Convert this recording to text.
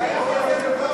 הנאום שלך,